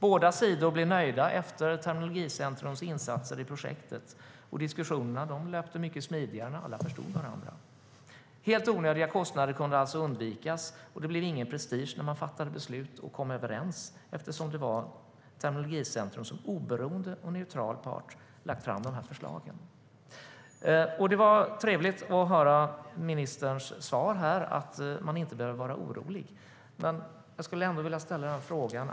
Båda sidor blev nöjda efter Terminologicentrums insatser i projektet, och diskussionerna löpte mycket smidigare när alla förstod varandra. Helt onödiga kostnader kunde alltså undvikas, och det blev ingen prestige när man fattade beslut och kom överens eftersom det var Terminologicentrum - en oberoende och neutral part - som lagt fram förslagen. Det var trevligt att höra ministerns svar att man inte behöver vara orolig. Jag skulle dock vilja ställa en fråga.